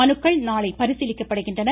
மனுக்கள் நாளை பரிசீலிக்கப்படுகின்றன